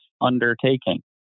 undertaking